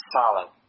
solid